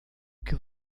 que